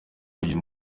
uyu